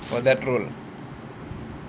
for that role